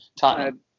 Tottenham